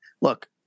Look